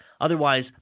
Otherwise